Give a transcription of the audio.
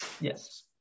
Yes